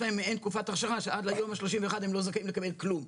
זה בושה.